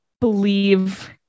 believe